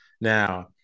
Now